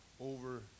over